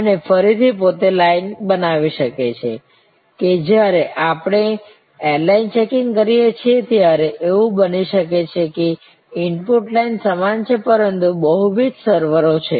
અને ફરીથી પોતે જ લાઈન બનાવી શકે છે કે જ્યારે આપણે એરલાઈન ચેકિંગ કરીએ છીએ ત્યારે એવું બની શકે છે કે ઈનપુટ લાઈન સમાન છે પરંતુ બહુવિધ સર્વર્સ છે